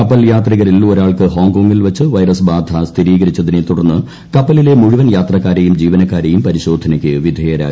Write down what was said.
കപ്പൽ യാത്രികരിൽ ഒരാൾക്ക് ഹോങ്കോങ്ങിൽ വച്ച് വൈറസ് ബാധ സ്ഥിരീകരിച്ചതിനെ തുടർന്ന് കപ്പലിലെ മുഴുവൻ യാത്രക്കാരെയും ജീവനക്കാരെയും പരിശോധനയ്ക്ക് വിധേയരാക്കുകയായിരുന്നു